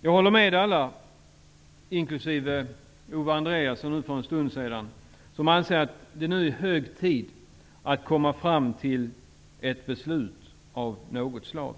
Jag håller med alla -- det sade också Owe Andréasson för en stund sedan -- som anser att det nu är hög tid att komma fram till ett beslut av något slag.